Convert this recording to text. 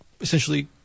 essentially